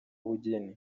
ubugeni